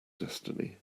destiny